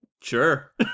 Sure